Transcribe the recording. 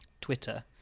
Twitter